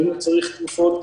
האם הוא צריך תרופות,